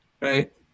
right